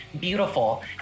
beautiful